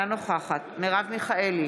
אינה נוכחת מרב מיכאלי,